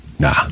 Nah